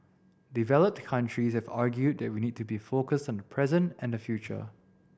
developed countries have argued that we need to be focused on the present and the future